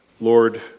Lord